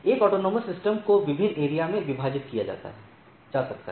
एक एएस को विभिन्न एरिया में विभाजित किया जा सकता है